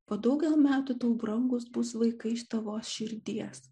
po daugel metų tau brangūs bus vaikai iš tavos širdies